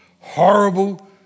horrible